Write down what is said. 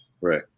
Right